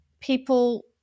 people